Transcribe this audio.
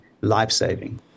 life-saving